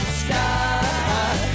sky